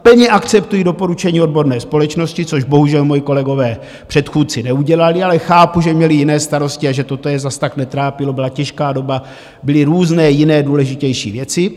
Plně akceptuji doporučení odborné společnosti, což bohužel moji kolegové předchůdci neudělali, ale chápu, že měli jiné starosti a že toto je zas tak netrápilo, byla těžká doba, byly různé jiné důležitější věci.